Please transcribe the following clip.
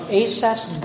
asaph's